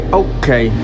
okay